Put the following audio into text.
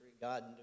God